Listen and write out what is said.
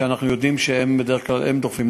ואנחנו יודעים שהם בדרך כלל דוחפים,